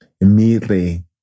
Immediately